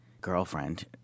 girlfriend